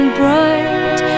bright